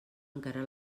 encara